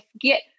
get